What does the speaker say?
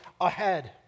ahead